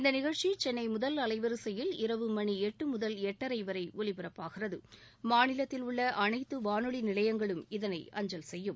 இந்த நிகழ்ச்சி சென்னை முதல் அலைவரியில் இரவு மணி எட்டு முதல் எட்டரை வரை ஒலிபரப்பாகிறகு மாநிலத்தில் உள்ள அனைத்து வானொலி நிலையங்களும் இதனை அஞ்சல் செய்யும்